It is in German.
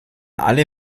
alle